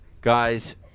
guys